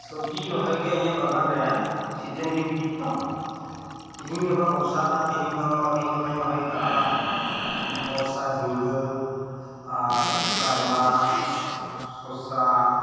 ᱥᱚᱵᱡᱤᱧ ᱨᱚᱦᱚᱭ ᱜᱮᱭᱟ ᱤᱧᱟᱜ ᱵᱟᱜᱟᱱ ᱨᱮ ᱥᱤᱡᱮᱱ ᱵᱷᱤᱛᱤᱠ ᱛᱳ ᱛᱤᱦᱤᱧ ᱜᱟᱯᱟ ᱵᱚᱨᱥᱟ ᱠᱟᱱᱟ ᱛᱤᱦᱤᱧ ᱫᱚ ᱛᱤᱦᱤᱧ ᱜᱟᱯᱟᱤᱧ ᱨᱚᱦᱚᱭ ᱟᱠᱟᱜᱼᱟ ᱵᱚᱨᱥᱟ ᱡᱷᱤᱜᱟᱹ ᱟᱨ ᱠᱟᱨᱞᱟ ᱥᱚᱥᱟ